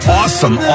awesome